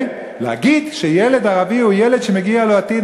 להגיד שילד ערבי הוא ילד שמגיע לו עתיד,